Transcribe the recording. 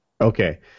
Okay